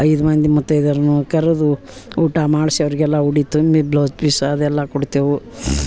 ಐದು ಮಂದಿ ಮುತೈದೆಯರನ್ನೂ ಕರೆದು ಊಟ ಮಾಡಿಸಿ ಅವರಿಗೆಲ್ಲ ಉಡಿ ತುಂಬಿ ಬ್ಲೌಸ್ ಪೀಸ್ ಅದೆಲ್ಲ ಕೊಡ್ತೇವೆ